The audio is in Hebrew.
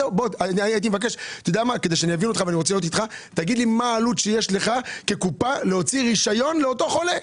הייתי מבקש תגיד לי מה העלות שיש לך כקופה להוציא רשיון לאותו חולה.